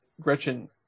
Gretchen